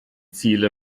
ziele